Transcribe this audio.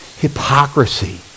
hypocrisy